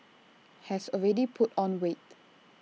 has already put on weight